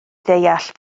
ddeall